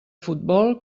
futbol